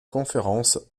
conférence